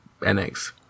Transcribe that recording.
NX